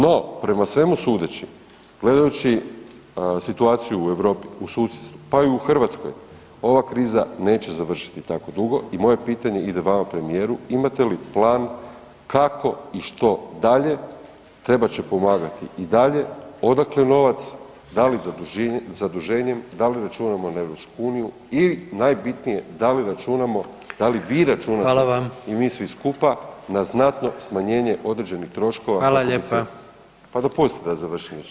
No prema svemu sudeći, gledajući situaciju u Europu, u susjedstvu, pa i u Hrvatskoj, ova kriza neće završiti tako dugo i moje pitanje ide vama premijeru, imate li plan kako i što dalje, trebat će pomagati i dalje, odakle novac, da li zaduženjem, da li računamo na EU i najbitnije, da li računamo, da li vi računate [[Upadica: Hvala vam]] i mi svi skupa na znatno smanjenje određenih troškova [[Upadica: Hvala lijepa]] kako bi se, pa dopustite da završim rečenicu.